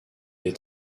est